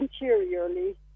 interiorly